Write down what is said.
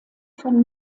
von